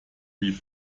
wie